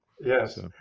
Yes